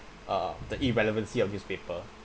uh the irrelevancy of newspaper